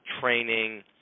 training